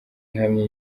ihamye